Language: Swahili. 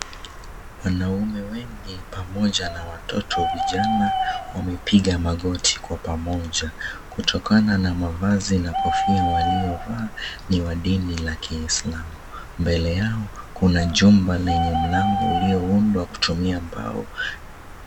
Wanaume wengi pamoja na watoto vijana wamepiga magoti kwa pamoja kutokana na mavazi na kofia waliovaa ni wa dini la kislamu mbele yao kuna jumba lenye mlango uliyoundwa kutumia mbao.